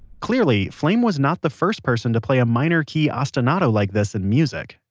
clearly, flame was not the first person to play a minor key ostinato like this in music.